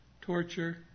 torture